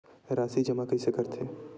राशि जमा कइसे करथे?